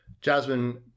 Jasmine